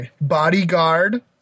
bodyguard